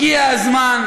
הגיע הזמן,